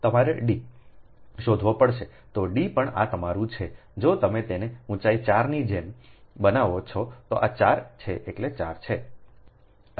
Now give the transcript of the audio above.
શોધવા પડશે તો d પણ આ તમારું છે જો તમે તેને ઊંચાઈ 4 ની જેમ બનાવો છો તો આ 4 છે એટલે 4 છે